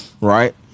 Right